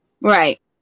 right